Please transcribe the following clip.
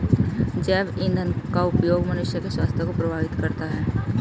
जैव ईंधन का उपयोग मनुष्य के स्वास्थ्य को प्रभावित करता है